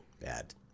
Bad